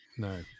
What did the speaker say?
No